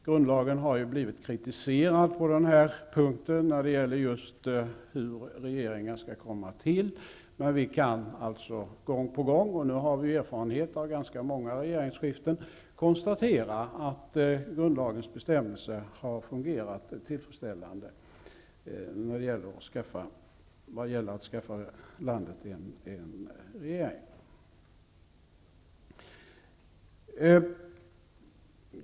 Grundlagen har blivit kritiserad på den punkten just när det gäller hur regeringar skall komma till. Vi har alltså kunnat gång på gång -- nu har vi ju erfarenhet av ganska många regeringsskiften -- konstatera att grundlagens bestämmelser har fungerat tillfredsställande vad gäller att skaffa landet en regering.